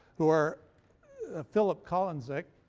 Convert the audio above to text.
who are filip kolundzic